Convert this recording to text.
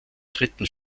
dritten